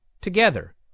together